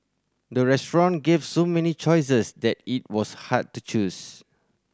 the restaurant gave so many choices that it was hard to choose